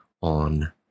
on